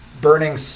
burning